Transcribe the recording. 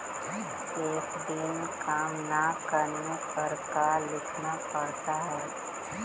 एक दिन काम न करने पर का लिखना पड़ता है?